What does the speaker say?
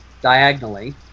diagonally